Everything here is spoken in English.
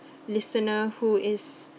listener who is